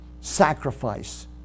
sacrifice